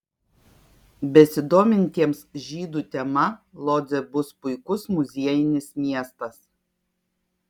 besidomintiems žydų tema lodzė bus puikus muziejinis miestas